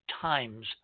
times